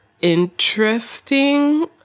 interesting